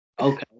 okay